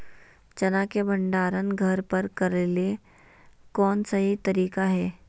चना के भंडारण घर पर करेले कौन सही तरीका है?